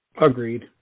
Agreed